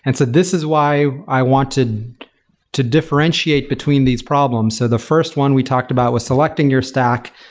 and so this is why i want to to differentiate between these problems. so the first one we talked about was selecting your stack.